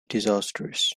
disastrous